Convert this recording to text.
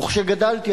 וכשגדלתי,